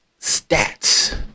stats